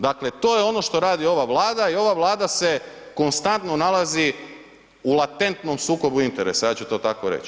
Dakle, to je ono što radi ova Vlada i ova Vlada se konstantno nalazi u latentnom sukobu interesa, ja ću to tako reć.